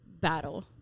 battle